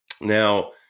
Now